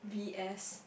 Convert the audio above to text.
V S